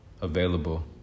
available